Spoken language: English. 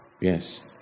Yes